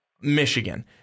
Michigan